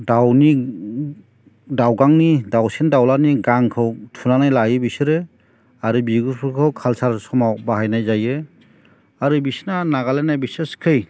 दाउनि दाउगांनि दाउसिन दाउलानि गांखौ थुनानै लायो बिसोरो आरो बिगुरफोरखौ खाल्सारेल समाव बाहायनाय जायो आरो बिसोरना नागालेण्डआ बिसेसखै